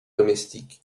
domestique